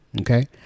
Okay